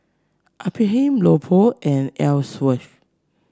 Ephraim Leopold and Elsworth